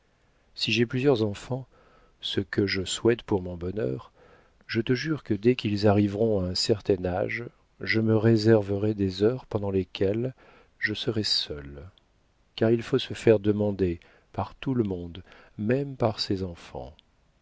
si j'ai plusieurs enfants ce que je souhaite pour mon bonheur je te jure que dès qu'ils arriveront à un certain âge je me réserverai des heures pendant lesquelles je serai seule car il faut se faire demander par tout le monde même par ses enfants